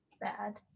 bad